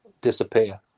disappear